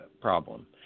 problem